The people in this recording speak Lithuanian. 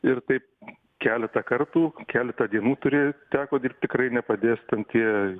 ir taip keletą kartų keletą dienų turi teko dirbt tikrai nepadės ten tie